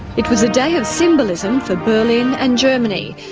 it was a day of symbolism for berlin and germany.